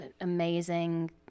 amazing